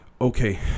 Okay